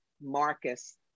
Marcus